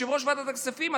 יושב-ראש ועדת הכספים,